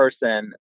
person